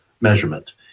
measurement